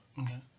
Okay